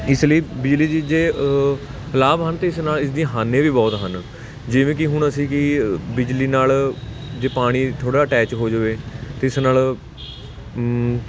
ਇਸ ਲਈ ਬਿਜਲੀ ਦੀ ਜੇ ਲਾਭ ਹਨ ਤਾਂ ਇਸ ਨਾਲ ਇਸ ਦੀਆਂ ਹਾਨੀਆਂ ਵੀ ਬਹੁਤ ਹਨ ਜਿਵੇਂ ਕਿ ਹੁਣ ਅਸੀਂ ਕਿ ਬਿਜਲੀ ਨਾਲ ਜੇ ਪਾਣੀ ਥੋੜ੍ਹਾ ਅਟੈਚ ਹੋ ਜਾਵੇ ਅਤੇ ਇਸ ਨਾਲ